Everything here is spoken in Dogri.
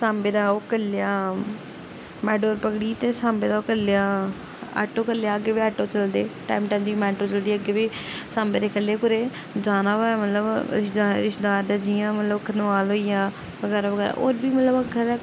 साम्बे दा ओह् करी लेआ मेटाडोर पकड़ी ते साम्बे दा ओह् करी लेआ आटो करी लेआ अग्गें बी आटो चलदे टैम टैम दी मेटाडोर चलदी अग्गें बी साम्बे दे ख'ल्लै कुदै जाना होऐ मतलब रिश्तेदार रिश्तेदार दे जियां मतलब मनबाल होई गेआ बगैरा बगैरा होर बी मतलब